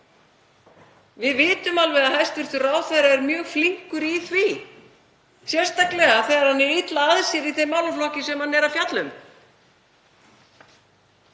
Við vitum alveg að hæstv. ráðherra er mjög flinkur í því, sérstaklega þegar hann er illa að sér í þeim málaflokki sem hann er að fjalla um.